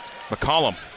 McCollum